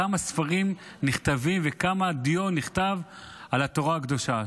כמה ספרים נכתבים וכמה דיו נכתבה על התורה הקדושה.